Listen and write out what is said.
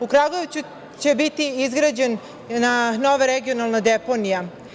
U Kragujevcu će biti izgrađena nova regionalna deponija.